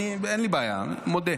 אין לי בעיה, מודה.